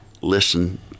listen